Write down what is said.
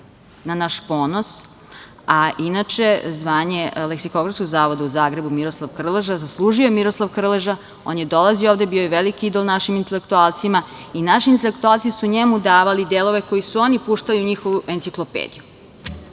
na naš ponos. A inače zvanje Leksikografskog zavoda u Zagrebu „Miroslav Krleža“ zaslužio je Miroslav Krleža. On je dolazio ovde, bio je veliki idol našim intelektualcima i naši intelektualci su njemu davali delove koje su oni puštali u njihovu enciklopediju.